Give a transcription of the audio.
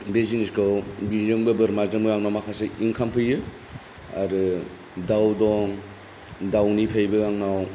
बे जिनिसखौ बिजोंबो बोरमाजोंबो आंनाव माखासे इन्काम फैयो आरो दाउ दं दाउनिफ्रायबो आंनाव